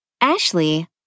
Ashley